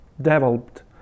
developed